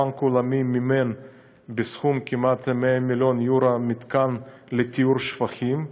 הבנק העולמי מימן בכמעט 100 מיליון אירו מתקן לטיהור שפכים,